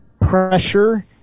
pressure